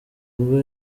ubwo